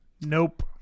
nope